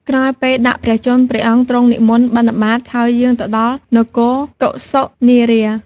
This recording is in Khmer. ក្រោយពេលដាក់ព្រះជន្ម ព្រះអង្គទ្រង់និមន្តបិណ្ឌបាត ហើយយាងទៅដល់នគរកុសិនារា។